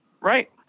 Right